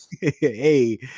Hey